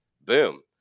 boom